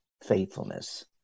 faithfulness